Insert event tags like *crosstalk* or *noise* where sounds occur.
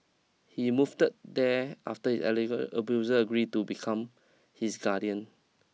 he moved *unintelligible* there after his allege abuser agree to become his guardian